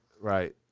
right